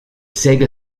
sega